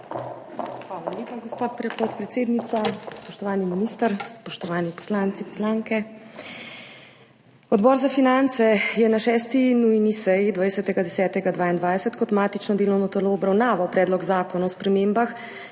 Hvala lepa, gospa podpredsednica. Spoštovani minister, spoštovani poslanci, poslanke! Odbor za finance je na 6. nujni seji 20. 10. 2022 kot matično delovno telo obravnaval Predlog zakona o spremembah